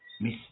Miss